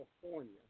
California